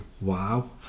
wow